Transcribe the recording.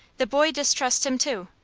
the boy distrusts him, too.